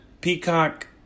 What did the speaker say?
Peacock